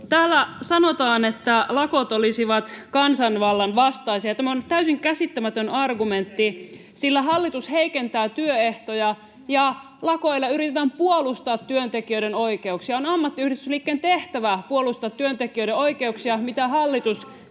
Täällä sanotaan, että lakot olisivat kansanvallan vastaisia. Tämä on täysin käsittämätön argumentti, sillä hallitus heikentää työehtoja ja lakoilla yritetään puolustaa työntekijöiden oikeuksia. On ammattiyhdistysliikkeen tehtävä puolustaa työntekijöiden oikeuksia, joita hallitus